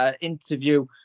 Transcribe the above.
Interview